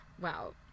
wow